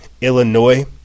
Illinois